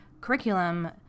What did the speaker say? curriculum